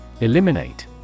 Eliminate